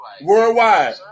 Worldwide